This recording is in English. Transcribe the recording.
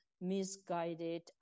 misguided